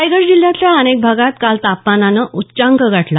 रायगड जिल्ह्यातल्या अनेक भागात काल तापमानानं उच्चांक गाठला